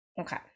Okay